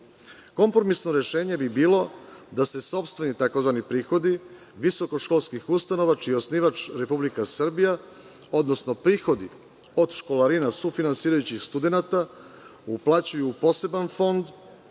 lica. Kompromisno rešenje bi bilo da se sopstveni tzv. prihodi visokoškolskih ustanova čiji je osnivač Republika Srbija odnosno prihodi od školarina sufinansirajućih studenata uplaćuju u poseban fond